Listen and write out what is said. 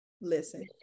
listen